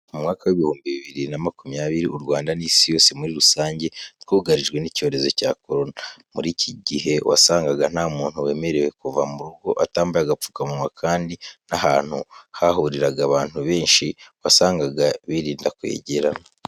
Mu mwaka w'ibihumbi bibiri na makumyabiri, u Rwanda n'isi yose muri rusange twugarijwe n'icyorezo cya Korona. Muri iki gihe wasangaga nta muntu wemerewe kuva mu rugo atambaye agapfukamunwa, kandi n'ahantu hahuriraga abantu benshi wasangaga birinda kwegerana.